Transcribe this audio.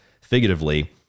figuratively